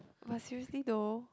but seriously though